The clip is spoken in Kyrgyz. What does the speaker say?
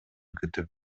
күтүп